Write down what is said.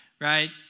right